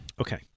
Okay